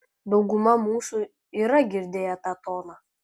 dauguma mūsų yra girdėję tą toną